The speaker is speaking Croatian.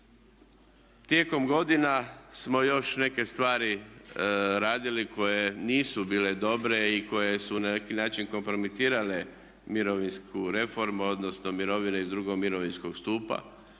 Tijekom godina smo još neke stvari radili koje nisu bile dobre i koje su na neki način kompromitirale mirovinsku reformu odnosno mirovine iz drugog mirovinskog stupa.